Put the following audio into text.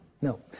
no